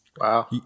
Wow